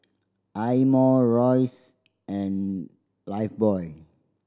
Eye Mo Royce and Lifebuoy